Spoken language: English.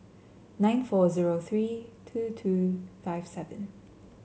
nine four Hubbard three two two five seven